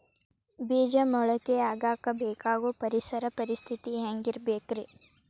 ಬೇಜ ಮೊಳಕೆಯಾಗಕ ಬೇಕಾಗೋ ಪರಿಸರ ಪರಿಸ್ಥಿತಿ ಹ್ಯಾಂಗಿರಬೇಕರೇ?